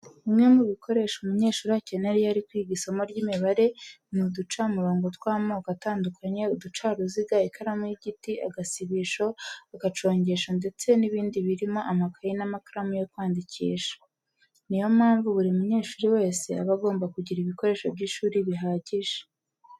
Bimwe mu bikoresho umunyeshuri akenera iyo ari kwiga isomo ry'imibare ni uducamurongo tw'amoko atandukanye, uducaruziga, ikaramu y'igiti, agasibisho, agacongesho ndetse n'ibindi birimo amakayi n'amakaramu yo kwandikisha. Ni yo mpamvu buri munyeshuri wese aba agomba kugira ibikoresho by'ishuri bihagije.